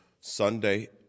Sunday